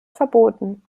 verboten